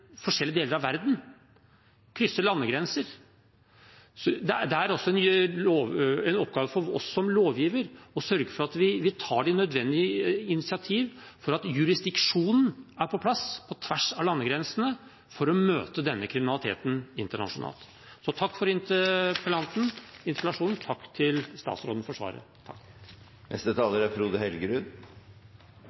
forskjellige deler av verden, krysser landegrenser. Det er en oppgave for oss som lovgivere å sørge for at vi tar de nødvendige initiativ for at jurisdiksjonen er på plass på tvers av landegrensene, for å møte denne kriminaliteten internasjonalt. Takk for interpellasjonen, og takk til statsråden for svaret. Jeg bidrar gjerne til å forstørre blomsterbuketten til interpellanten for å ta opp dette temaet. Nettkriminalitet er